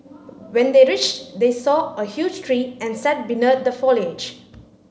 when they reached they saw a huge tree and sat beneath the foliage